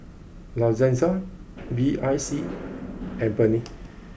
La Senza B I C and Burnie